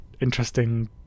interesting